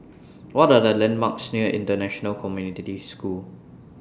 What Are The landmarks near International Community School